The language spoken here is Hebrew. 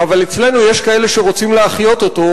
אבל אצלנו יש כאלה שרוצים להחיות אותו,